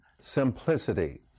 simplicity